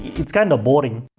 it's kind of boring